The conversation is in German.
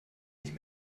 nicht